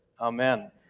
Amen